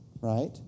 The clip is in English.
right